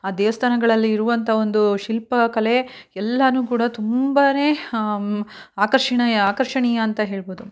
ಆ ದೇವಸ್ಥಾನಗಳಲ್ಲಿ ಇರುವಂಥ ಒಂದು ಶಿಲ್ಪಕಲೆ ಎಲ್ಲನೂ ಕೂಡ ತುಂಬನೇ ಆಕರ್ಷಿಣೀಯ ಆಕರ್ಷಣೀಯ ಅಂತ ಹೇಳ್ಬೋದು